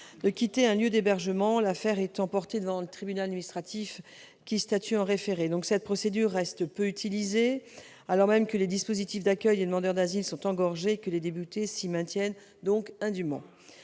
de quitter son lieu d'hébergement. L'affaire est alors portée devant le tribunal administratif, qui statue en référé. Cette procédure reste peu utilisée, alors même que les dispositifs d'accueil des demandeurs d'asile sont engorgés et que des déboutés s'y maintiennent indûment.